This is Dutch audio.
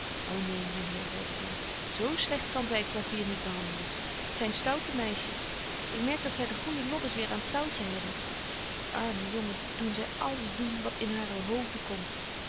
ô neen myn heer zeide zy zo slegt kan zy het clavier niet behandelen t zyn stoute meisjes ik merk dat zy den goeijen lobbes weêr aan het touwtje hebben dien armen jongen doen zy alles doen wat in hare hoofden komt